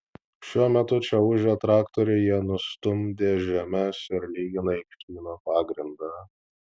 šiuo metu čia ūžia traktoriai jie nustumdė žemes ir lygina aikštyno pagrindą